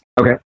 Okay